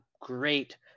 great